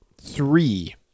Three